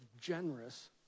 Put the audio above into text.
generous